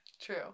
True